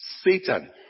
Satan